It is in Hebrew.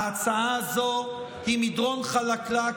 ההצעה הזו היא מדרון חלקלק,